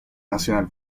nacional